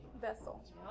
vessel